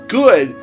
good